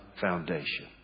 foundation